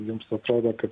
jums atrodo kad